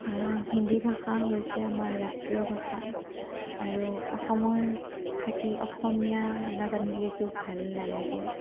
কাৰণ হিন্ধী ভাষা হৈছে আমাৰ ৰাষ্ট্ৰীয় ভাষা আৰু অসমত থাকি অসমীয়া নাজানিলেতো ভাল নালাগে